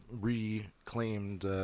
reclaimed